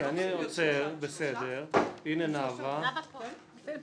אין הרביזיה